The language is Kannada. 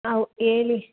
ಆಂ ಹೇಳಿ